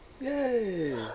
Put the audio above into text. Yay